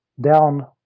down